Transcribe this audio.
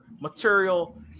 material